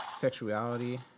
sexuality